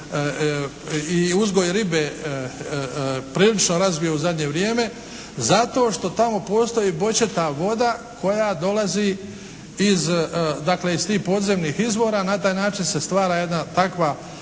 i uzgoj ribe prilično razvio u zadnje vrijeme, zato što tamo postoji …/Govornik se ne razumije./… voda koja dolazi iz dakle iz tih podzemnih izvora. Na taj način se stvara jedna takva